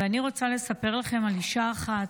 ואני רוצה לספר לכם על אישה אחת.